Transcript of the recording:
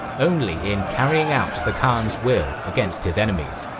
only in carrying out the khan's will against his enemies.